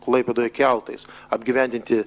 klaipėdoje keltais apgyvendinti